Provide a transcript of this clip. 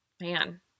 man